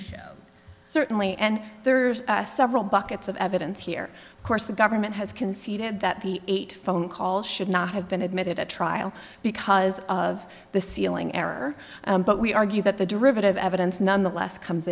and certainly and there's several buckets of evidence here of course the government has conceded that the eight phone call should not have been admitted at trial because of the sealing error but we argue that the derivative evidence nonetheless comes